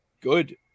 good